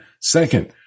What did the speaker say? second